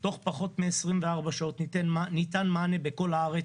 תוך פחות מ-24 שעות ניתן מענה בכל הארץ,